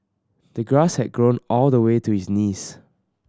the grass had grown all the way to his knees